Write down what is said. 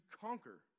conquer